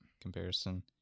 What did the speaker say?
comparison